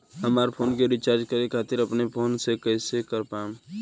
हमार फोन के रीचार्ज करे खातिर अपने फोन से कैसे कर पाएम?